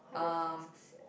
how do I define success